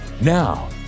Now